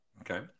Okay